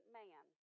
man